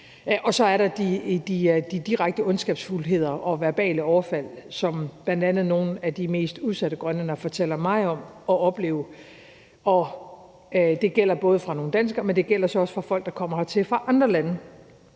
Så er der de direkte ondskabsfuldheder og verbale overfald, som bl.a. nogle af de mest udsatte grønlændere fortæller mig om at de oplever. De kommer både fra nogle danskere, men også fra folk, der kommer hertil fra andre lande,